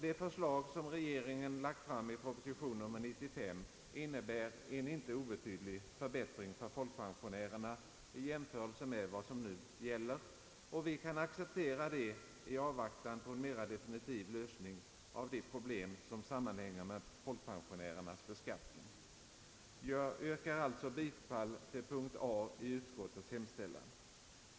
Det förslag som regeringen lagt fram i proposition nr 935 innebär en inte obetydlig förbättring för folkpensionärerna i jämförelse med vad som nu gäller, och vi kan acceptera det i avvaktan på en mera definitiv lösning av de problem som sammanhänger med folkpensionärernas beskattning. Jag yrkar alltså bifall till punkt A i utskottets hemställan.